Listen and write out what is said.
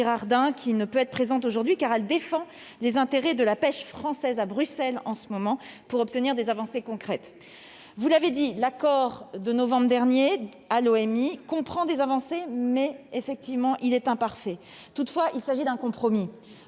elle ne peut être présente aujourd'hui, car elle défend les intérêts de la pêche française à Bruxelles -pour obtenir des avancées concrètes. Vous l'avez dit, l'accord de novembre dernier à l'OMI comprend des avancées, mais il est imparfait ; toutefois, il s'agit d'un compromis,